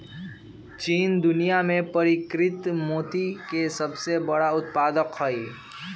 चीन दुनिया में परिष्कृत मोती के सबसे बड़ उत्पादक हई